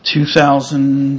two thousand